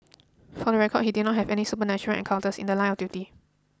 for the record he did not have any supernatural encounters in the line of duty